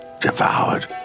devoured